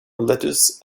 lettuce